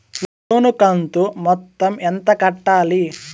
లోను కంతు మొత్తం ఎంత కట్టాలి?